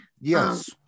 Yes